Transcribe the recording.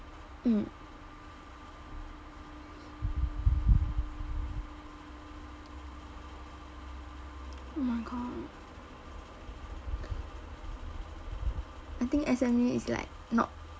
mm oh my god I think S_M_U is like not